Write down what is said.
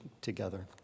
together